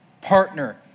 partner